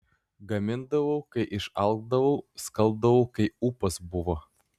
gamindavau kai išalkdavau skalbdavau kai ūpas buvo